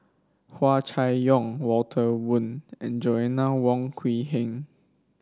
Hua Chai Yong Walter Woon and Joanna Wong Quee Heng